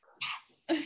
Yes